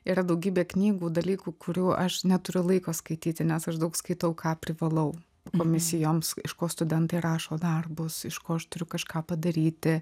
yra daugybė knygų dalykų kurių aš neturiu laiko skaityti nes aš daug skaitau ką privalau komisijoms iš ko studentai rašo darbus iš ko aš turiu kažką padaryti